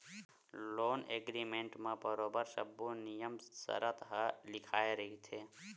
loan agreement म बरोबर सब्बो नियम सरत ह लिखाए रहिथे